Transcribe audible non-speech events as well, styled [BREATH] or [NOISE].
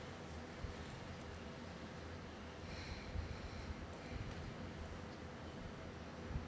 [BREATH]